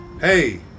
Hey